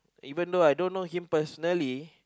even though I don't know him personally